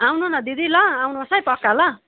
आउनु न दिदी ल आउनुहोस् है पक्का ल